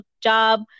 job